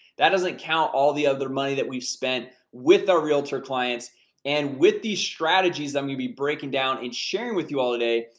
that doesn't count all the other money that we've spent with our realtor clients and with these strategies i'm gonna be breaking down and sharing with you all today.